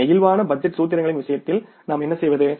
flexible budget சூத்திரங்களின் விஷயத்தில் நாம் என்ன செய்வது